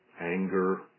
anger